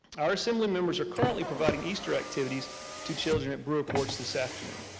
our assembly members are currently providing easter activities to children at brewer-porch this afternoon.